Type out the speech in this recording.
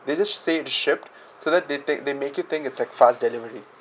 they just say shipped so that they take they make you think is like fast delivery